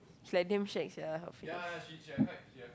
she like damn shag sia her face